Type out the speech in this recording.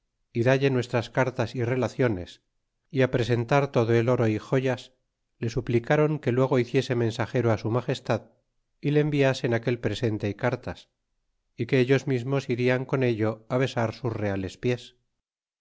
y dalle nuestras cartas y relaciones y presentar todo el oro y joyas le suplicaron que luego hiciese mensagero su magestad y le enviasen aquel presente y cartas y que ellos mismos irian con ello besar sus reales pies